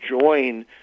join